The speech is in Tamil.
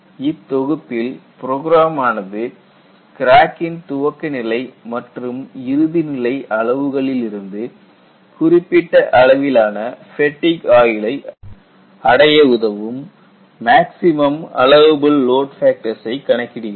இத்தொகுப்பில் ப்ரோக்ராம் ஆனது கிராக்கின் துவக்கநிலை மற்றும் இறுதிநிலை அளவுகளிலிருந்து குறிப்பிட்ட அளவிலான ஃபேட்டிக் ஆயுளை அடைய உதவும் மேக்ஸிமம் அலவபில் லோடு ஃபேக்டர்ஸை கணக்கிடுகிறது